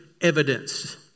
evidence